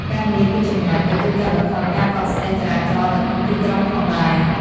ការងារពីចម្ងាយក៏ជួយកាត់បន្ថយការកកស្ទះចរាចរណ៍នៅក្នុងទីក្រុងផងដែរ។